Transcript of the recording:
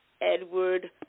Edward